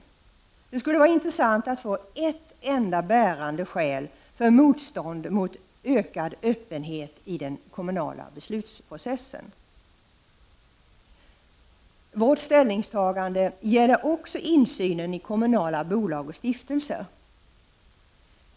Det skulle vara intressant att få ett enda bärande skäl till motståndet mot ökad öppenhet i den kommunala beslutsprocessen. Vårt ställningstagande gäller också insynen i kommunala bolag och stiftelser.